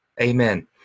Amen